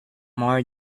more